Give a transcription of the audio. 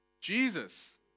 Jesus